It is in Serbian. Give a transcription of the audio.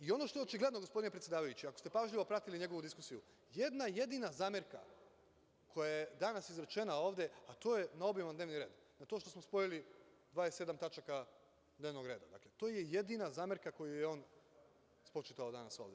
I ono što je očigledno, gospodine predsedavajući, ako ste pažljivo pratili njegovu diskusiju, jedna jedina zamerka koja je danas izrečena ovde, a to je obiman dnevni red, a to što smo spojili 27 tačaka dnevnog reda, dakle, to je jedina zamerka koju je on spočitao danas ovde.